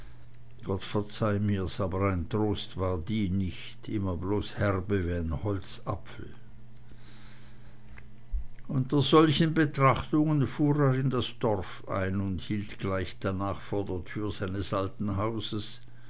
gott verzeih mir's aber ein trost war die nicht immer bloß herbe wie n holzapfel unter solchen betrachtungen fuhr er in das dorf ein und hielt gleich darnach vor der tür seines alten hauses